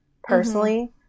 personally